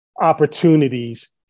opportunities